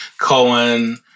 Cohen